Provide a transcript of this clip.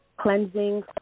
cleansing